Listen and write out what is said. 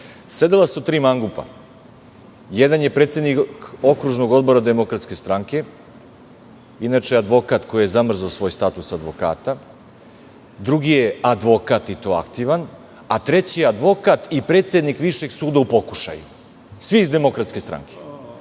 Sedela su tri mangupa. Jedan je predsednik Okružnog odbora DS, inače advokat koji je zamrzao svoj status advokata, drugi je advokat i to aktivan, a treći je advokat i predsednik Višeg suda u pokušaju i svi iz DS, pa su uhvatili